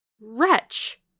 Wretch